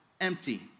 empty